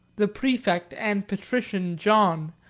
the praefect and patrician john,